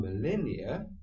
millennia